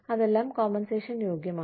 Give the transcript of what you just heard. അതെല്ലാം കോമ്പൻസേഷൻ യോഗ്യമാണ്